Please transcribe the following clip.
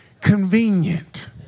Convenient